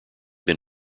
have